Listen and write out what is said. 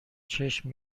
چشم